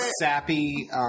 sappy